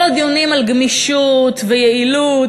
כל הדיונים על גמישות ויעילות,